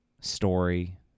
story